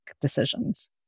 decisions